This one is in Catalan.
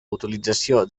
utilització